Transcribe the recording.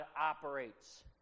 operates